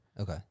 Okay